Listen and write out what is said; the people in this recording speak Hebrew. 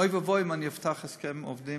אוי ואבוי אם אני אפתח הסכם עובדים,